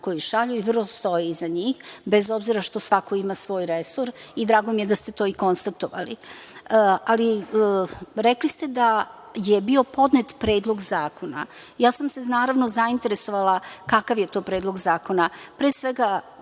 koje šalju i vrlo stoje iza njih, bez obzira što svako ima svoj resor i drago mi je da ste to i konstatovali. Rekli ste da je bio podnet Predlog zakona, ja sam se naravno, zainteresovala kakav je to Predlog zakona. Pre svega